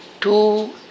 two